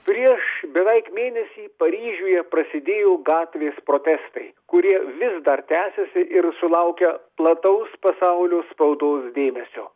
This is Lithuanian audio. prieš beveik mėnesį paryžiuje prasidėjo gatvės protestai kurie vis dar tęsiasi ir sulaukia plataus pasaulio spaudos dėmesio